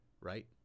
right